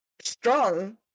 strong